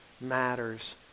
matters